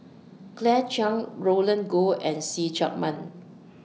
Claire Chiang Roland Goh and See Chak Mun